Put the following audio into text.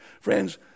Friends